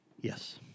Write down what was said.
Yes